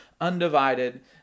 undivided